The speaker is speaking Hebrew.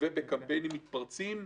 וגם בקמפיינים מתפרצים.